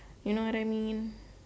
you know what I mean